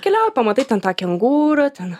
keliauji pamatai ten tą kengūrą ten